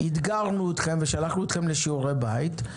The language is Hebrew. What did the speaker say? אתגרנו אתכם ושלחנו אתכם לשיעורי בית.